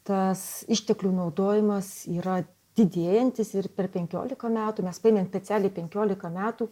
tas išteklių naudojimas yra didėjantis ir per penkliolika metų mes ėmėm specialiai penkiolika metų